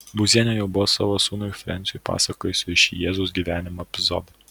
būzienė jau buvo savo sūnui frensiui pasakojusi šį jėzaus gyvenimo epizodą